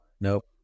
nope